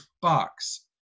box